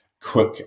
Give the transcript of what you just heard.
quick